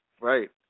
Right